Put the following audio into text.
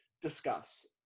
discuss